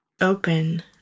Open